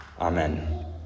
Amen